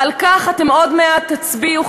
ועל כך אתם עוד מעט תצביעו,